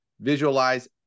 visualize